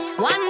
One